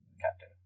captain